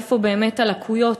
איפה באמת הלקויות,